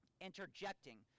interjecting